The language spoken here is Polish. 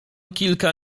kilka